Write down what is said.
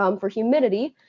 um for humidity,